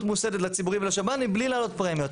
מוסתת לציבורי ולשב"נים בלי להעלות פרמיות.